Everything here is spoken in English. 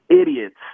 idiots